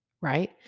right